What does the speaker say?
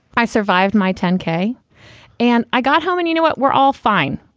i survived my ten k and i got home. and you know what? we're all fine.